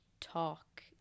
talk